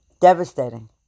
Devastating